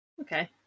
Okay